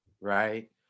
right